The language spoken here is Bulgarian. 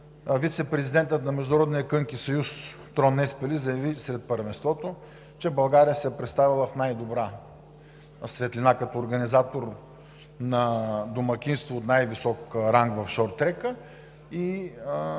Вицепрезидентът на Международния кънки съюз Трон Еспели заяви след първенството, че България се е представила в най-добра светлина като организатор на домакинство от най-висок ранг в шорттрека и